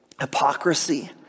hypocrisy